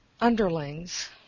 underlings